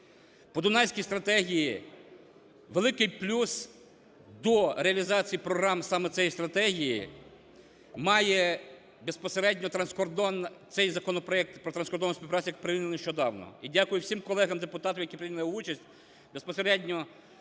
По Дунайській стратегії великий плюс до реалізації програм саме цієї стратегії має безпосередньо цей законопроект про транскордонну співпрацю, який прийнятий нещодавно. І дякую всім колегам депутатам, які прийняли участь,